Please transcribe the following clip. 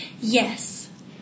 Yes